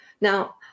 Now